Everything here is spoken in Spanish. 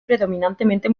predominantemente